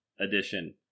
Edition